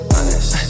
Honest